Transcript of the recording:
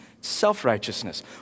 self-righteousness